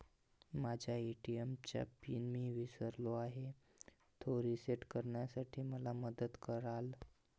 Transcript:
माझ्या ए.टी.एम चा पिन मी विसरलो आहे, तो रिसेट करण्यासाठी मला मदत कराल?